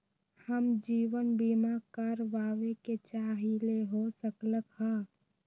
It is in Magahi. हम जीवन बीमा कारवाबे के चाहईले, हो सकलक ह?